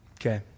okay